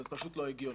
זה פשוט לא הגיוני.